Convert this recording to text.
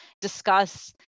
discuss